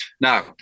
Now